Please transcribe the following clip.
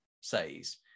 says